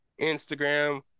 Instagram